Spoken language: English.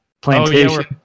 plantation